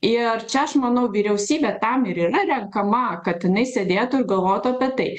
ir čia aš manau vyriausybė tam ir yra renkama kad jinai sėdėtų ir galvotų apie tai